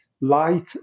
light